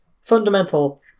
fundamental